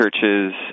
churches